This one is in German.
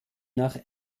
nach